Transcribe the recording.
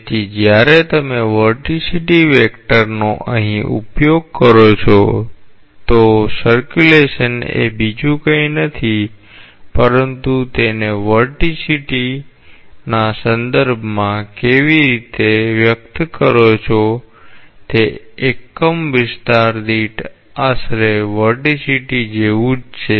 તેથી જ્યારે તમે વર્ટિસિટી વેક્ટરનો અહીં ઉપયોગ કરો છો તો પરિભ્રમણ એ બીજું કંઈ નથી પરંતુ તમે તેને વર્ટિસિટીના સંદર્ભમાં કેવી રીતે વ્યક્ત કરો છો તે એકમ વિસ્તાર દીઠ આશરે વર્ટિસિટી જેવું જ છે